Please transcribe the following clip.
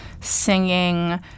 singing